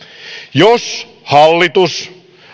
jos hallitus